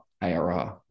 ARR